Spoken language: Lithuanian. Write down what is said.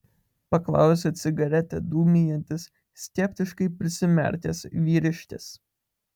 paklausė cigaretę dūmijantis skeptiškai prisimerkęs vyriškis